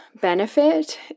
benefit